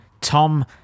Tom